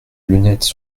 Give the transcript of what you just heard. lunettes